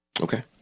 okay